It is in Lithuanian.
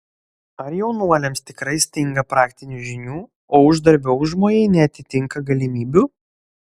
ar jaunuoliams tikrai stinga praktinių žinių o uždarbio užmojai neatitinka galimybių